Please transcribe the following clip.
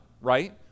right